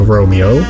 Romeo